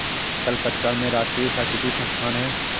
कलकत्ता में राष्ट्रीय सांख्यिकी संस्थान है